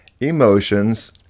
emotions